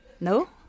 No